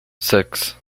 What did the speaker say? six